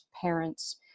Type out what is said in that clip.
parents